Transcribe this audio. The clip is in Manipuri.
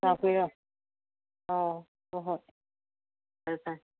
ꯂꯥꯛꯄꯤꯔꯣ ꯑꯧ ꯍꯣꯏ ꯍꯣꯏ ꯐꯔꯦ ꯐꯔꯦ